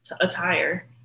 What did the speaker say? attire